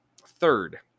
Third